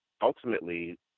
ultimately